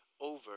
over